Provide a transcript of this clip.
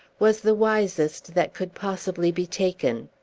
was the wisest that could possibly be taken.